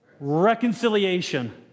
reconciliation